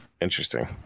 Interesting